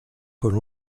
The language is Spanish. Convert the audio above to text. con